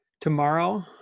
Tomorrow